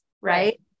Right